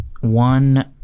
one